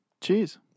Cheers